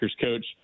coach